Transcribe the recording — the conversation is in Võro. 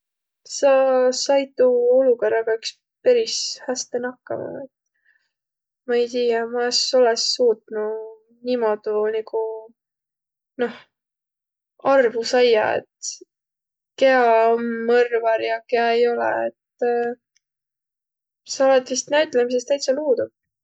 Sa sait tuu olukõrraga iks peris häste nakkama. Ma ei tiiäq, ma es olõs suutnuq niimuudu nigu, noh arvu saiaq, et kiä om mõrvar ja kiä ei olõq, et sa olõt vist näütlemises täitsä luudu.